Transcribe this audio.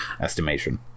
estimation